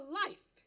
life